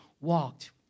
walked